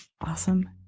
awesome